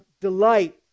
delight